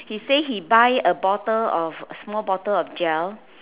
he say he buy a bottle of small bottle of gel